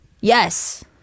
Yes